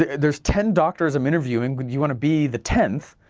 there's ten doctors i'm interviewing, would you want to be the tenth,